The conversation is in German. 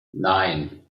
nein